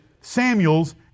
Samuel's